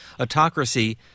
autocracy